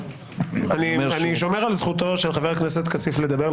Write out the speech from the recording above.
אני שומר על זכותו של חבר הכנסת כסיף לדבר,